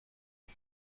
het